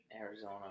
Arizona